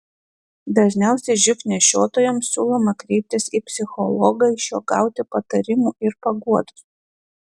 dažniausiai živ nešiotojams siūloma kreiptis į psichologą iš jo gauti patarimų ir paguodos